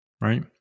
Right